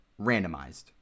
randomized